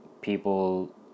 people